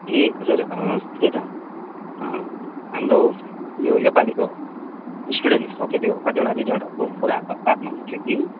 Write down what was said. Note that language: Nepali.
ए हजुर त्यही त हाम्रो यो नेपालीको स्टुडेन्ट्सको के केहरू कतिवटा रिजल्टहरूको कुराहरूमा बात मार्नु थियो कि